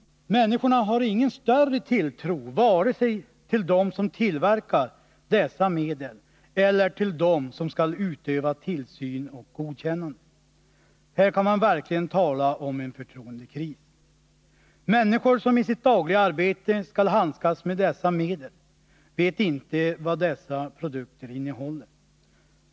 Människorna har ingen större tilltro till vare sig dem som tillverkar dessa medel eller dem som skall utöva tillsyn och godkänna medlen. Här kan man verkligen tala om en förtroendekris. Människor som i sitt dagliga arbete skall handskas med dessa medel vet inte vad de innehåller.